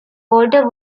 walter